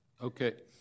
Okay